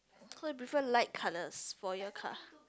so you prefer light colors for your car